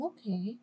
Okay